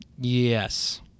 Yes